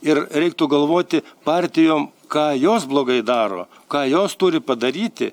ir reiktų galvoti partijom ką jos blogai daro ką jos turi padaryti